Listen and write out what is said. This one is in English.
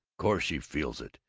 course she feels it,